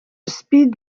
speed